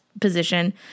position